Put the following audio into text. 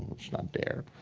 it's not there.